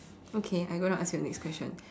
okay I gonna ask you a next question